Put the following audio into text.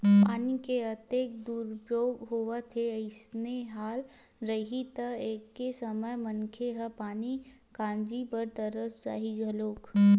पानी के अतेक दुरूपयोग होवत हे अइसने हाल रइही त एक समे मनखे ह पानी काजी बर तरस जाही घलोक